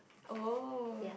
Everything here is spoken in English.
oh